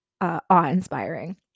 awe-inspiring